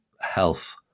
health